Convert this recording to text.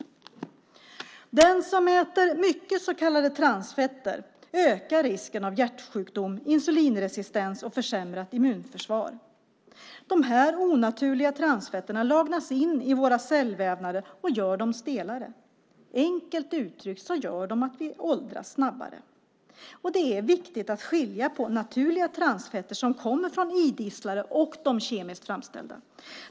Den som äter mycket så kallade transfetter ökar risken att drabbas av hjärtsjukdom, insulinresistens och försämrat immunförsvar. Dessa onaturliga transfetter lagras in i våra cellvävnader och gör dem stelare. Enkelt uttryckt gör de så att vi åldras snabbare. Det är viktigt att skilja på naturliga transfetter som kommer från idisslare och de kemiskt framställda.